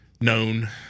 known